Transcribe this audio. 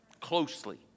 closely